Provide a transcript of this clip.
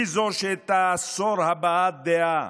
היא שתאסור הבעת דעה